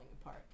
apart